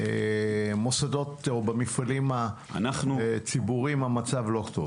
במוסדות או במפעלים הציבוריים המצב לא טוב.